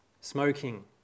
smoking